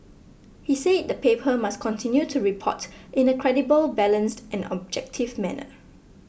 he said the paper must continue to report in a credible balanced and objective manner